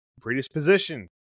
predisposition